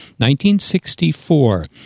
1964